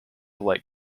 light